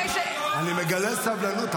אני מגלה סבלנות,